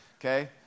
okay